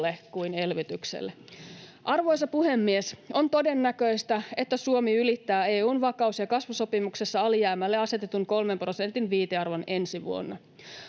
kuin elvytykselle. Arvoisa puhemies! On todennäköistä, että Suomi ylittää EU:n vakaus- ja kasvusopimuksessa alijäämälle asetetun kolmen prosentin viitearvon ensi vuonna.